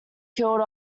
killed